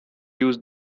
used